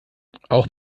auch